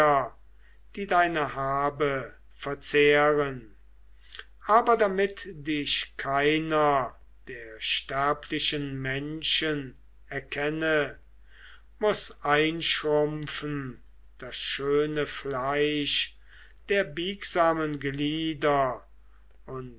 die deine habe verzehren aber damit dich keiner der sterblichen menschen erkenne muß einschrumpfen das schöne fleisch der biegsamen glieder